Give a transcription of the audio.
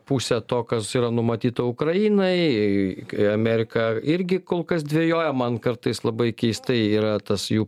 pusė to kas yra numatyta ukrainai kai amerika irgi kol kas dvejoja man kartais labai keistai yra tas jų